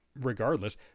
regardless